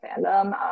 fandom